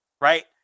Right